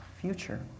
future